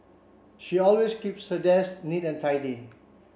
she always keeps her desk neat and tidy